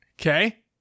okay